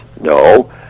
No